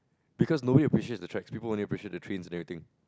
because Noel appreciates the tricks people and appreciates the trains and everything